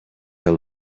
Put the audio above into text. are